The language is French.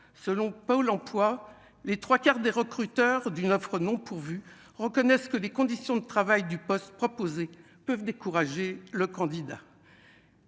selon Pôle emploi, les 3 quarts des recruteurs d'une offre non pourvues, reconnaissent que les conditions de travail du poste proposé peuvent décourager le candidat.